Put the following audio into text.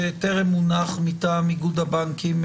שטרם הונח מטעם איגוד הבנקים,